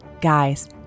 Guys